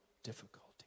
difficulty